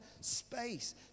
space